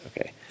okay